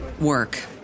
work